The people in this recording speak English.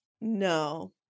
No